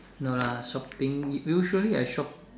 no lah shopping usually I shop